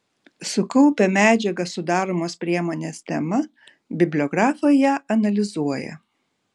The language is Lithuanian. sukaupę medžiagą sudaromos priemonės tema bibliografai ją analizuoja